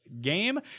game